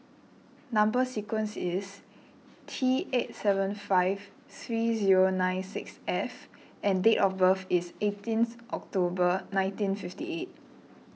Number Sequence is T eight seven five three zero nine six F and date of birth is eighteenth October nineteen fifty eight